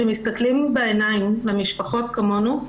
שמסתכלים בעיניים למשפחות כמונו.